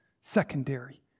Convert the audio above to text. secondary